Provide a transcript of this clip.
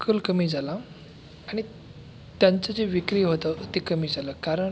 कल कमी झाला आणि त्यांचं जे विक्री होतं ते कमी झालं कारण